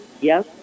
yes